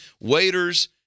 waiters